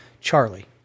Charlie